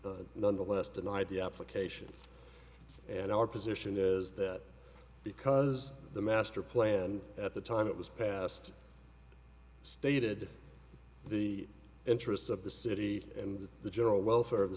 nonetheless denied the application and our position is that because the master plan at the time it was passed stated the interests of the city and the general welfare of the